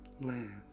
land